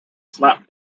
slap